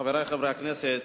חברי חברי הכנסת,